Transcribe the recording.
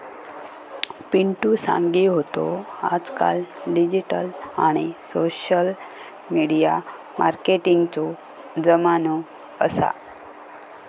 पिंटु सांगी होतो आजकाल डिजिटल आणि सोशल मिडिया मार्केटिंगचो जमानो असा